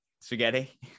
spaghetti